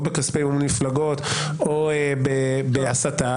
או בכספי מימון מפלגות או בהסתה,